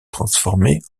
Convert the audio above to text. transformée